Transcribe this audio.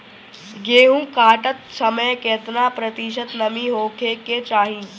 गेहूँ काटत समय केतना प्रतिशत नमी होखे के चाहीं?